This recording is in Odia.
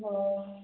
ହଁ